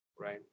right